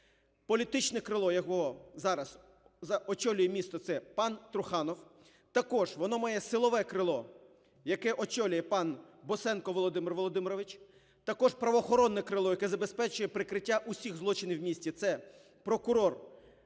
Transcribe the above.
Політичне крило його, зараз очолює місто – це пан Труханов. Також воно має силове крило, яке очолює пан Босенко Володимир Володимирович. Також правоохоронне крило, яке забезпечує прикриття усіх злочинів у місті, – це прокурор